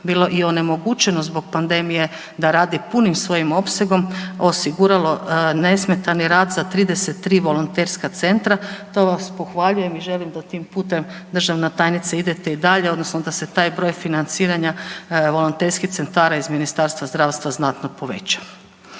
bilo i onemogućeno da rade punim svojim opsegom osiguralo nesmetani rad za 33 volonterska centra. To vas pohvaljujem i želim da tim putem državna tajnice idete i dalje odnosno da se taj broj financiranja volonterskih centara iz Ministarstva zdravstva znatno poveća.